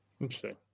Interesting